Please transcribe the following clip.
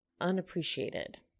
unappreciated